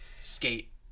skate